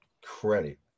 credit